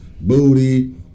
booty